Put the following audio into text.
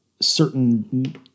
certain